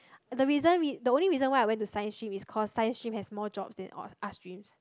the reason we the only reason why I went to science scream is cause science stream has more jobs than arts stream